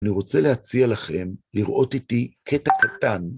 אני רוצה להציע לכם לראות איתי קטע קטן.